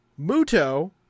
Muto